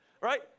right